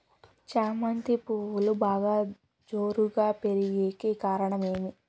చామంతి పువ్వులు బాగా జోరుగా పెరిగేకి కారణం ఏమి?